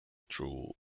through